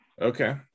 okay